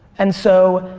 and so,